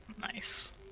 Nice